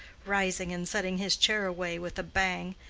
rising and setting his chair away with a bang.